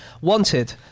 wanted